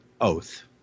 Oath